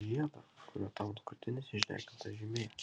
žiedą kuriuo tau ant krūtinės išdeginta žymė